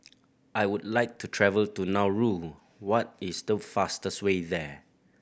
I would like to travel to Nauru what is the fastest way there